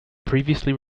previously